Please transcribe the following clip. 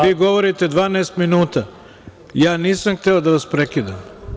Vi govorite 12 minuta, ja nisam hteo da vas prekidam.